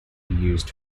used